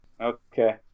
Okay